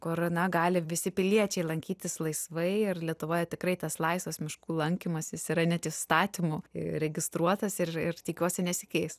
kur na gali visi piliečiai lankytis laisvai ir lietuvoje tikrai tas laisvas miškų lankymas jis yra net įstatymu įregistruotas ir ir tikiuosi nesikeis